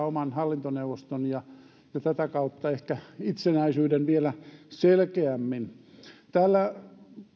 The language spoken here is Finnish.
oman hallintoneuvoston ja tätä kautta ehkä itsenäisyyden vielä selkeämmin täällä